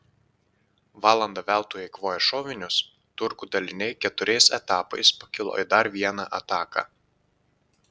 valandą veltui eikvoję šovinius turkų daliniai keturiais etapais pakilo į dar vieną ataką